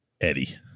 Eddie